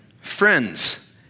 friends